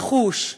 נחוש,